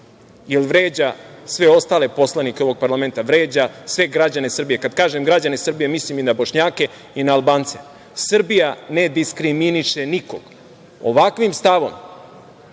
jer vređa sve ostale poslanike ovog parlamenta, jer vređa sve građane Srbije, a kada kažem građane Srbije mislim i na Bošnjake i na Albance, Srbija ne diskriminiše nikog. Ovakvim stavom